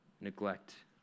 neglect